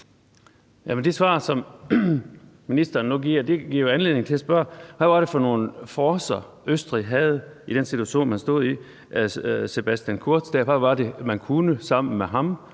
Det svar, som ministeren nu giver, giver jo anledning til at spørge: Hvad var det for nogle forcer, Østrig havde i den situation, man stod i? Hvad var det, man kunne sammen med